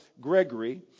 Gregory